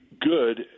good